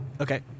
Okay